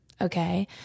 Okay